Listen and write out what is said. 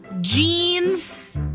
jeans